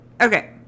Okay